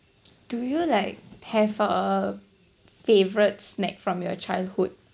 do you like have a favourite snack from your childhood